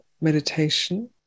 meditation